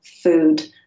food